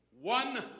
one